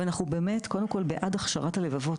קודם כל, אנחנו בעד הכשרת הלבבות,